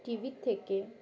টিভির থেকে